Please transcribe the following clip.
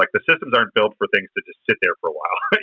like the systems aren't built for things to just sit there for a while.